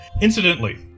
Incidentally